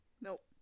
Nope